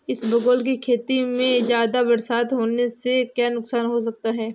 इसबगोल की खेती में ज़्यादा बरसात होने से क्या नुकसान हो सकता है?